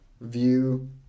view